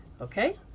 okay